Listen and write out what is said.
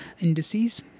indices